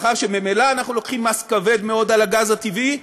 מאחר שממילא אנחנו לוקחים מס כבד מאוד על הגז הטבעי,